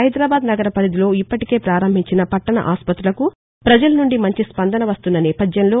హైదరాబాద్ నగర పరిధిలో ఇప్పటికే పారంభించిన పట్టణ ఆసుపత్రులకు ప్రజలనుండి మంచి స్పందన వస్తున్న నేపథ్యంలో